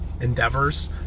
endeavors